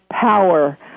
power